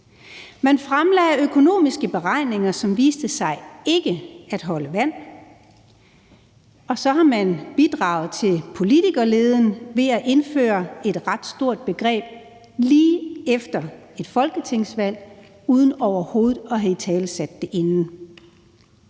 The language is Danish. Man fremlagde økonomiske beregninger, som viste sig ikke at holde vand. Og så har man bidraget til politikerleden ved at indføre et ret stort indgreb lige efter et folketingsvalg uden overhovedet at have italesat det inden.